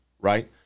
right